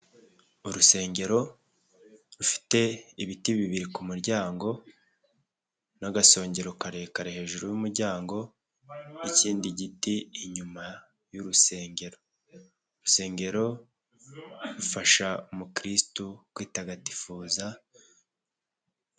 Urusengero rufite ibiti bibiri ku muryango, n'agasongero karekare hejuru yumuryango, ikindi giti inyuma y urusengero. Urusengero fasha umukristu kwitagatifuza.